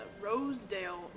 Rosedale